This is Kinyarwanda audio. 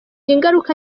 ngaruka